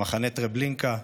במחנה טרבלינקה,